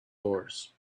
doors